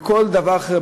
בכל דבר אחר,